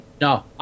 no